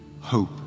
Hope